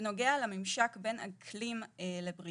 בנוגע לממשק בין אקלים לבריאות,